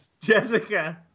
Jessica